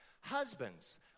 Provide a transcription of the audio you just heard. Husbands